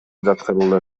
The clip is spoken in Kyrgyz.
жаткырылды